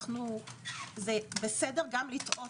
זה בסדר גם לטעות.